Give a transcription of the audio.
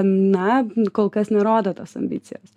na kol kas nerodo tos ambicijos